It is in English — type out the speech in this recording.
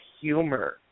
humor